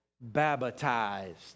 baptized